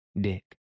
Dick